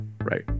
right